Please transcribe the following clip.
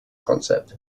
concept